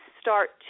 start